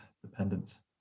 dependence